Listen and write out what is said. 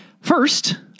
First